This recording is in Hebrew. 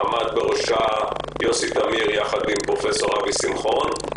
שבראשה עמד יוסי תמיר ביחד עם פרופ' אבי שמחון;